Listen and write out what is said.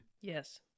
yes